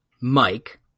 Mike